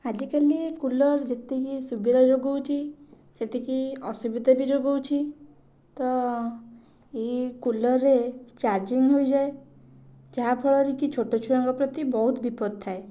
ଆଜିକାଲି କୁଲର୍ ଯେତିକି ସୁବିଧା ଯୋଗଉଛି ସେତିକି ଅସୁବିଧା ବି ଯୋଗଉଛି ତ ଏଇ କୁଲର୍ରେ ଚାର୍ଜିଂ ହୋଇଯାଏ ଯାହା ଫଳରେ କି ଛୋଟ ଛୁଆ ଙ୍କ ପ୍ରତି ବହୁତ ବିପଦ ଥାଏ